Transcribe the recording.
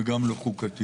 וגם לא חוקתי